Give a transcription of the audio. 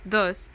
Thus